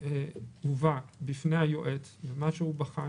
מה שהובא בפני היועץ המשפטי לממשלה ומה שהוא בחן